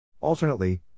Alternately